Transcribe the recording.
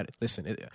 Listen